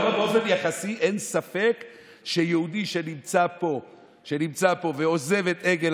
אני אומר באופן יחסי: אין ספק שיהודי שנמצא פה ועוזב את עגל